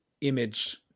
image